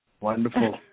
Wonderful